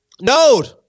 Node